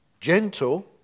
gentle